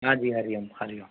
हाजी हाजी हरि ओम